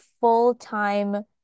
full-time